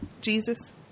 Jesus